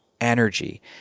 energy